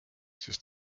siis